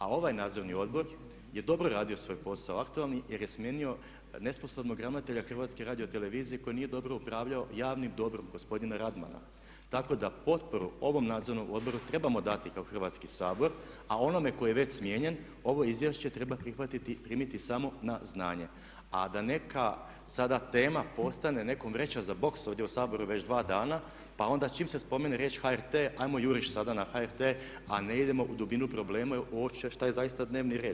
A ovaj nadzorni odbor je dobro radio svoj posao, aktualni, jer je smijenio nesposobnog ravnatelja HRT-a koji nije dobro upravljao javnim dobrom, gospodina Radmana, tako da potporu ovom nadzornom odboru trebamo dati kao Hrvatski sabor, a onome koji je već smijenjen ovo izvješće treba primiti samo na znanje, a da neka sada tema postane nekom vrećom za boks ovdje u saboru već dana pa onda čim se spomene riječ HRT ajmo juriš sad na HRT a ne idemo u dubinu problema uopće, šta je zaista dnevni red.